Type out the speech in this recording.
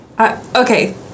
Okay